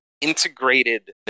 integrated